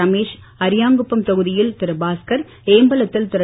ரமேஷ் அாியாங்குப்பம் தொகுதியில் பாஸ்கர் ஏம்பலத்தில் திரு